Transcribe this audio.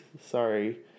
sorry